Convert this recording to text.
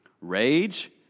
rage